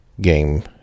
game